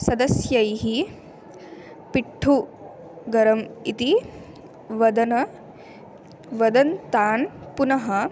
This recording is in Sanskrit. सदस्यैः पिट्ठुगरम् इति वदन् वदन् तान् पुनः